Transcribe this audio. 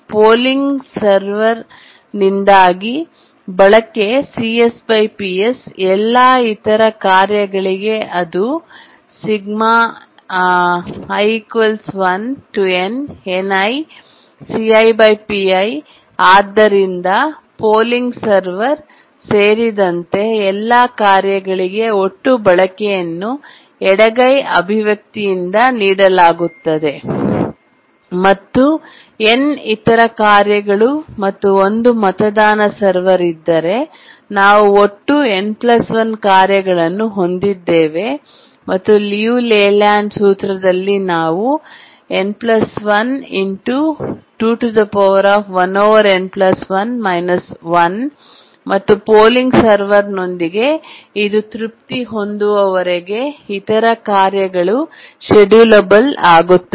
polling ಸರ್ವರ್ನಿಂದಾಗಿ ಬಳಕೆ ಎಲ್ಲಾ ಇತರ ಕಾರ್ಯಗಳಿಗೆ ಅದು ಆದ್ದರಿಂದ ಪೋಲಿಂಗ್ ಸರ್ವರ್ ಸೇರಿದಂತೆ ಎಲ್ಲಾ ಕಾರ್ಯಗಳಿಗೆ ಒಟ್ಟು ಬಳಕೆಯನ್ನು ಎಡಗೈ ಅಭಿವ್ಯಕ್ತಿಯಿಂದ ನೀಡಲಾಗುತ್ತದೆ ಮತ್ತು n ಇತರ ಕಾರ್ಯಗಳು ಮತ್ತು 1 ಮತದಾನ ಸರ್ವರ್ ಇದ್ದರೆ ನಾವು ಒಟ್ಟು n1 ಕಾರ್ಯಗಳನ್ನು ಹೊಂದಿದ್ದೇವೆ ಮತ್ತು ಲಿಯು ಲೇಲ್ಯಾಂಡ್ ಸೂತ್ರದಲ್ಲಿ ನಾವು ಮತ್ತು ಪೋಲಿಂಗ್ ಸರ್ವರ್ನೊಂದಿಗೆ ಇದು ತೃಪ್ತಿ ಹೊಂದುವವರೆಗೆ ಇತರ ಕಾರ್ಯಗಳು ಷೆಡ್ಯೂಲಬಲ್ ಯಾಗುತ್ತವೆ